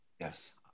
Yes